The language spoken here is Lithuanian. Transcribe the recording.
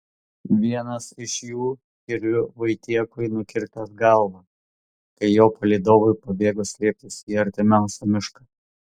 vienas iš jų kirviu vaitiekui nukirtęs galvą kai jo palydovai pabėgo slėptis į artimiausią mišką